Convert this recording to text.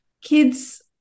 Kids